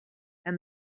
and